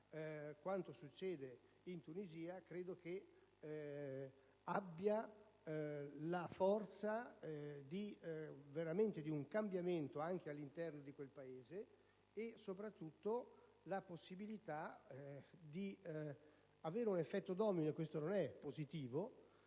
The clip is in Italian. Quanto succede in Tunisia credo abbia la forza di un cambiamento anche all'interno di quel Paese e soprattutto la possibilità di avere un effetto domino - e questo non è positivo